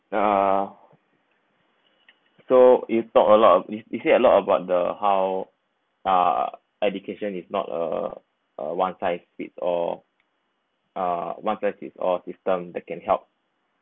uh so you talk a lot of you say a lot about the how uh education is not uh uh one size fits all uh one size fits all system that can help